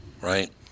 right